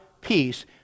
peace